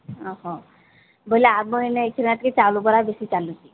ଅଃ ହ ବୋଲେ ଆମର ଏଇନେ ଏଇଖିନା ଟିକେ ଚାଉଳ ବରା ବେଶୀ ଚାଲୁଛି